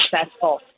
successful